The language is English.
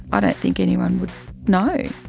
i don't think anyone would know.